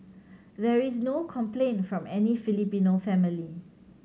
there is no complaint from any Filipino family